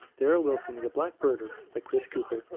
dara wilson is a black birder, like chris cooper.